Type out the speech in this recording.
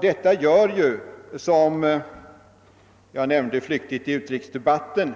Detta gör ju, som jag nämnde i utrikesdebatten,